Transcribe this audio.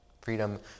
Freedom